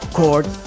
court